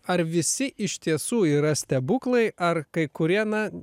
ar visi iš tiesų yra stebuklai ar kai kurie na